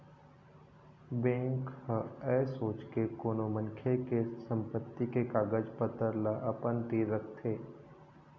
bank ह ऐ सोच के कोनो मनखे के संपत्ति के कागज पतर ल अपन तीर रखथे